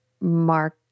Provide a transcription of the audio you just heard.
Mark